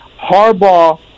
Harbaugh